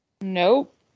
Nope